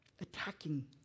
attacking